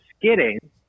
skidding